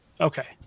Okay